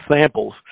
samples